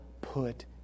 put